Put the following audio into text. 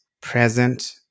present